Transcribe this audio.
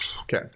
Okay